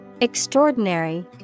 Extraordinary